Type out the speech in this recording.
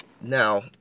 Now